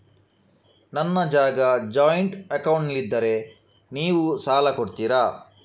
ನನ್ನ ಜಾಗ ಜಾಯಿಂಟ್ ಅಕೌಂಟ್ನಲ್ಲಿದ್ದರೆ ನೀವು ಸಾಲ ಕೊಡ್ತೀರಾ?